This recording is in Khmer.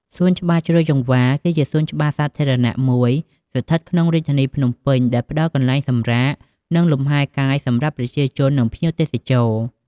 សួនច្បារជ្រោយចង្វារ គឺជាសួនច្បារសាធារណៈមួយស្ថិតក្នុងរាជធានីភ្នំពេញ ដែលផ្តល់កន្លែងសម្រាក និងលំហែកាយសម្រាប់ប្រ ជាជននិងភ្ញៀវទេសចរ។